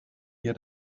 ihr